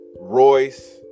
Royce